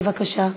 בבקשה.